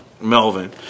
Melvin